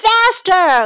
Faster